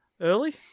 early